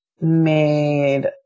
made